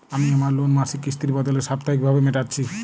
আমি আমার লোন মাসিক কিস্তির বদলে সাপ্তাহিক ভাবে মেটাচ্ছি